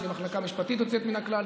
יש לי מחלקה משפטית יוצאת מן הכלל,